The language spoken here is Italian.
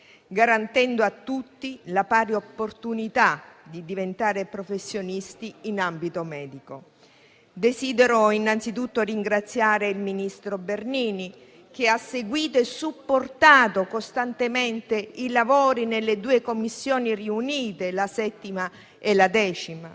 garantendo a tutti la pari opportunità di diventare professionisti in ambito medico. Desidero innanzitutto ringraziare il ministro Bernini, che ha seguito e supportato costantemente i lavori nella 7a e 10a Commissioni riunite, il nostro relatore,